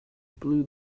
blew